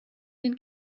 den